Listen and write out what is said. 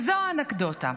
זו האנקדוטה: